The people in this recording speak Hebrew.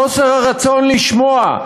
חוסר הרצון לשמוע,